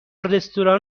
رستوران